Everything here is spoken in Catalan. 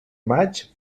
maig